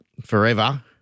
forever